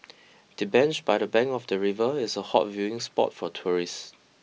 the bench by the bank of the river is a hot viewing spot for tourists